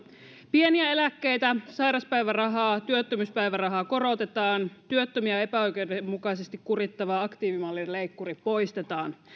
pieniä eläkkeitä sairauspäivärahaa työttömyyspäivärahaa korotetaan työttömiä epäoikeudenmukaisesti kurittava aktiivimallin leikkuri poistetaan